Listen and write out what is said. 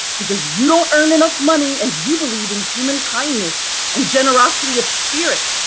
because you don't earn enough money and you believe in human kindness and generosity of spirit,